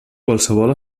qualsevol